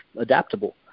adaptable